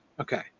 Okay